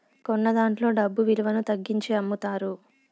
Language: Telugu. కొన్నదాంట్లో డబ్బు విలువను తగ్గించి అమ్ముతారు